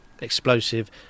explosive